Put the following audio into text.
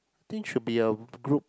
I think should be a g~ group